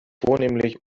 vornehmlich